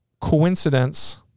coincidence